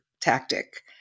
tactic